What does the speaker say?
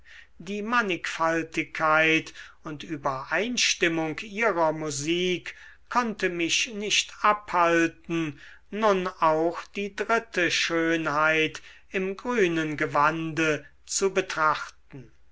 die mannigfaltigkeit und übereinstimmung ihrer musik konnte mich nicht abhalten nun auch die dritte schönheit im grünen gewande zu betrachten